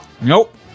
Nope